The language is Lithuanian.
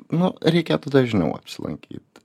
nu reikėtų dažniau apsilankyt